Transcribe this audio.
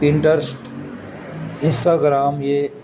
Pinterest Instagram یہ